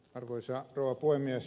arvoisa rouva puhemies